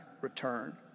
return